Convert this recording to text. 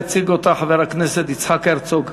יציג אותה חבר הכנסת יצחק הרצוג.